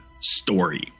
story